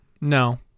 no